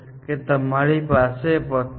ખરેખર તેનાથી કોઈ ફરક પડતો નથી